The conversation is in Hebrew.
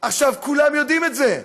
עכשיו, כולם יודעים את זה,